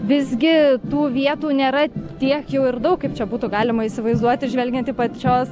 visgi tų vietų nėra tiek jau ir daug kaip čia būtų galima įsivaizduoti žvelgiant į pačios